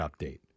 update